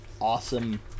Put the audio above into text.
awesome